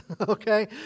okay